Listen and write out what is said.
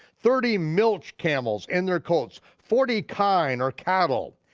thirty milch camels and their colts, forty kine or cattle,